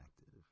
active